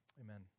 Amen